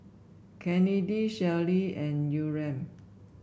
Kennedy Shelli and Yurem